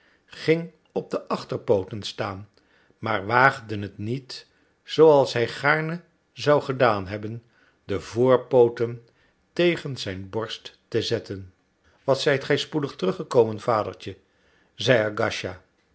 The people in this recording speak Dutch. ging op de achterpooten staan maar waagde het niet zooals hij gaarne zou gedaan hebben de voorpooten tegen zijn borst te zetten wat zijt gij spoedig terug gekomen vadertje zeide